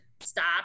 stop